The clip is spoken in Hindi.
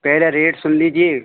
पहले रेट सुन लीजिए